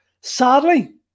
Sadly